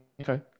Okay